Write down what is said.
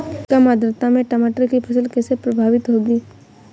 कम आर्द्रता में टमाटर की फसल कैसे प्रभावित होगी?